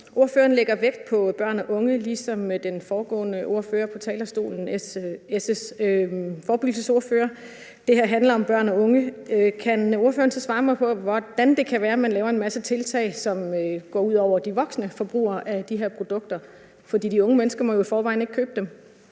Ordføreren lægger vægt på børn og unge ligesom den foregående ordfører på talerstolen, S's forebyggelsesordfører. Det her handler om børn og unge. Kan ordføreren så svare mig på, hvordan det kan være, at man laver en masse tiltag, som går ud over de voksne forbrugere af de her produkter? For de unge mennesker må jo i forvejen ikke købe dem.